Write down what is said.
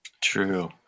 true